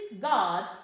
God